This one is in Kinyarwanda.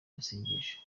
masengesho